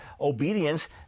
obedience